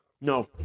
no